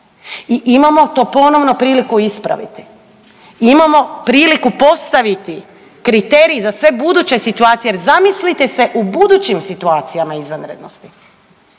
i imamo to ponovno priliku ispraviti, imamo priliku postaviti kriterij za sve buduće situacije jer zamislite se u budućim situacijama izvanrednosti.